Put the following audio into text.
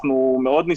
שגם עליו לא דיברתם,